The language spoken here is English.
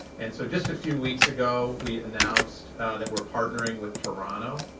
and so just a few weeks ago, we announced that we're partnering with toronto.